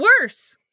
worse